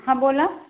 हां बोला